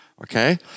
Okay